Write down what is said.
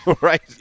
right